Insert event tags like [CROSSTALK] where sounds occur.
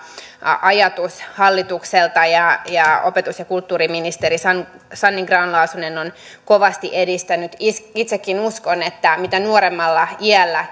ajatus hallitukselta ja opetus ja kulttuuriministeri sanni sanni grahn laasonen on sitä kovasti edistänyt itsekin uskon että mitä nuoremmalla iällä [UNINTELLIGIBLE]